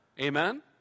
amen